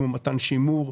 כמו תמריצי שימור,